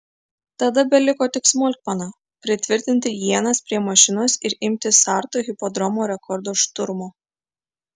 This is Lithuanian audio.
tada beliko tik smulkmena pritvirtinti ienas prie mašinos ir imtis sartų hipodromo rekordo šturmo